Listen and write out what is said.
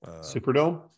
Superdome